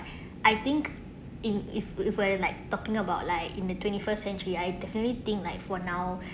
I think in if if we're like talking about like in the twenty first century I definitely think like for now